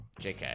jk